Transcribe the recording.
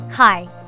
Hi